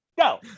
go